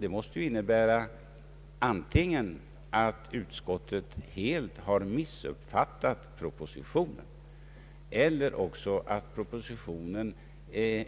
Det måste ju innebära antingen att utskottet helt har missuppfattat propositionen eller också att statsråde